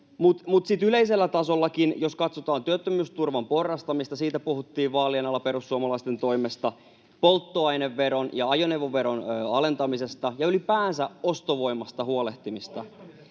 Yleisellä tasollakin, jos katsotaan työttömyysturvan porrastamista, siitä puhuttiin vaalien alla perussuomalaisten toimesta, polttoaineveron ja ajoneuvoveron alentamisesta ja ylipäänsä ostovoimasta huolehtimisesta.